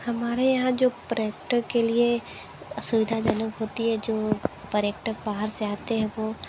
हमारे यहाँ जो पर्यटक के लिए सुविधाजनक होती है जो पर्यटक बाहर से आते हैं वो